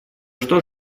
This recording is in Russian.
что